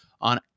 on